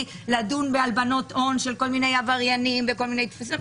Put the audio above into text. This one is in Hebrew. לדון בהלבנות הון של כל מיני עבריינים וכל מיני תפיסות.